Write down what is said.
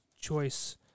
choice